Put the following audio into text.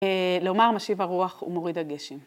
לומר "משיב הרוח ומוריד הגשם".